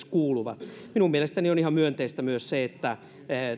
kuuluvat minun mielestäni on ihan myönteistä myös se että